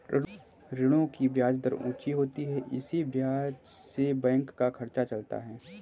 ऋणों की ब्याज दर ऊंची होती है इसी ब्याज से बैंक का खर्चा चलता है